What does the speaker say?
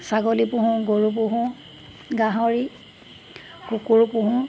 ছাগলী পোহোঁ গৰু পোহোঁ গাহৰি কুকুৰো পোহোঁ